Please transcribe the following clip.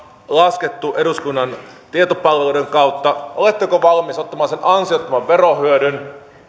laskettu eduskunnan tietopalveluiden kautta oletteko valmis ottamaan sen ansiottoman verohyödyn